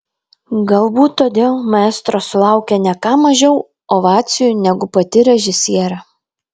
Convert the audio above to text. galbūt todėl maestro sulaukė ne ką mažiau ovacijų negu pati režisierė